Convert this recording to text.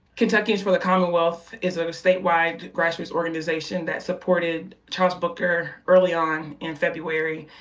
kentuckians for the commonwealth is a statewide, grassroots organization that supported charles booker early on, in february.